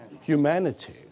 humanity